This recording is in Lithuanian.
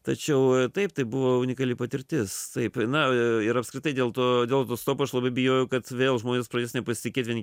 tačiau taip tai buvo unikali patirtis taip na ir apskritai dėl to autostopu aš labai bijojau kad vėl žmonės pradės nepasitiki vieni